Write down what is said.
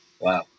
wow